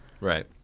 Right